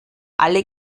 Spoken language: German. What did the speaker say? alle